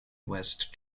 west